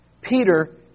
Peter